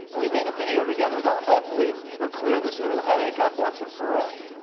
and we made a video together that hopefully will clear this little headache up once and for all.